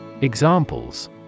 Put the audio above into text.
Examples